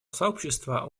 сообщества